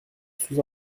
sous